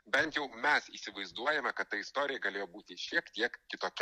bent jau mes įsivaizduojame kad ta istorija galėjo būti šiek tiek kitokia